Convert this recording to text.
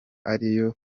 ariyo